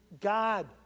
God